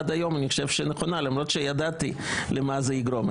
עד היום אני חושב שהיא הייתה נכונה למרות שידעתי למה זה יגרום,